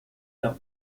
der